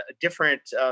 different